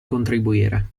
contribuire